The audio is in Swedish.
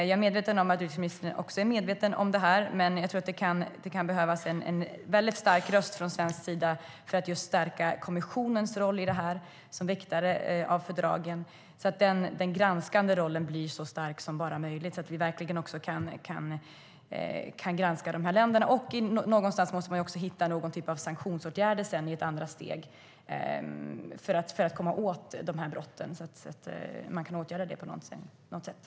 Jag är medveten om att även EU-ministern är medveten om detta, men jag tror att det kan behövas en mycket stark röst från svensk sida för att stärka kommissionens roll som väktare av fördragen. Det handlar om att den granskande rollen ska bli så stark som det bara är möjligt, så att vi verkligen kan granska de här länderna. Någonstans måste man också hitta någon typ av sanktionsåtgärder i ett andra steg, för att komma åt brotten och kunna åtgärda detta.